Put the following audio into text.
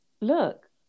Look